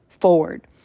forward